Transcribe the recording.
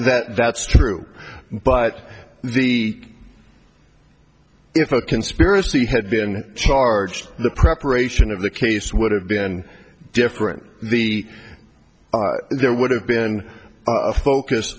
that that's true but the if a conspiracy had been charged the preparation of the case would have been different the there would have been a focus